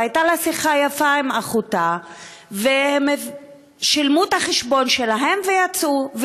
והייתה לה שיחה יפה עם אחותה והן שילמו את החשבון שלהן ויצאו.